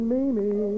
Mimi